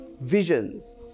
visions